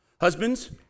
Husbands